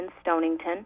Stonington